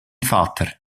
vater